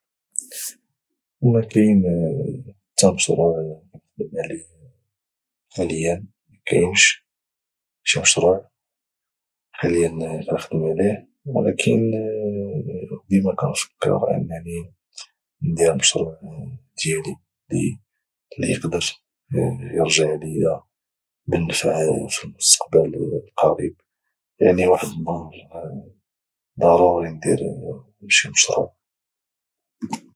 ما كاين حتى مشروع كانخدم عليه حاليا ما كاينش شي مشروع حاليا كانخدم عليه ولكن ديما كنفكر انني ندير مشروع ديالي بوحدي اللي يقدر يرجع علي بالنفع في المستقبل القريب يعني واحد النهار ضروري ندير شي مشروع